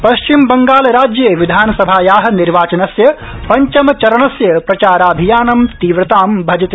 पश्चिमबंगाल राज्ये विधानसभाया निर्वाचनस्य पंचम चरणस्य प्रचाराभियानं तीव्रतां भजते